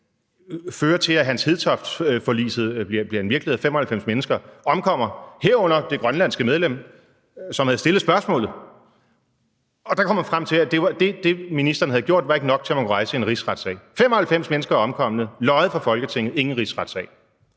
fører til, at »Hans Hedtoft«-forliset bliver en virkelighed, og 95 mennesker omkommer, herunder det grønlandske medlem, som havde stillet spørgsmålet, og der kom man frem til, at det, som ministeren havde gjort, ikke var nok til, at man kunne rejse en rigsretssag. 95 mennesker var omkommet, der var løjet for Folketinget, ingen rigsretssag.